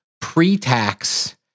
pre-tax